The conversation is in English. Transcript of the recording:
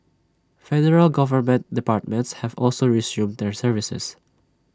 federal government departments have also resumed their services